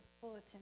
bulletin